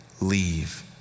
leave